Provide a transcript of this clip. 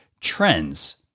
trends